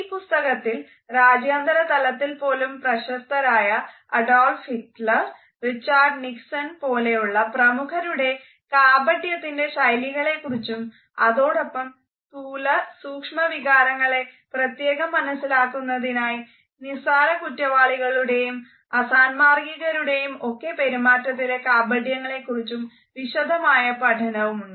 ഈ പുസ്തകത്തിൽ രാജ്യാന്തര തലത്തിൽ പോലും പ്രശസ്തരായ അഡോൾഫ് ഹിറ്റ്ലർ പോലെയുള്ള പ്രമുഖരുടെ കാപട്യത്തിൻറെ ശൈലികളെക്കുറിച്ചും അതോടൊപ്പം സ്ഥൂല സൂക്ഷ്മ വികാരങ്ങളെ പ്രത്യേകം മനസ്സിലാക്കുന്നതിനായി നിസ്സാര കുറ്റവാളികളുടെയും അസാന്മാർഗ്ഗികരുടെയും ഒക്കെ പെരുമാറ്റത്തിലെ കാപട്യങ്ങളെക്കുറിച്ചും വിശദമായ പഠനവും ഉണ്ട്